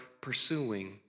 pursuing